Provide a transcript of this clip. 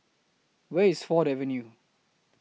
Where IS Ford Avenue